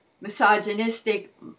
misogynistic